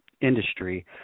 industry